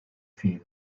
film